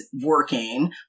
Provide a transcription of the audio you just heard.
working